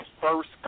first